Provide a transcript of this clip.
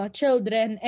children